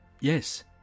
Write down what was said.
yes